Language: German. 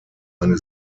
eine